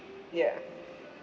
ya